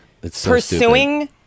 pursuing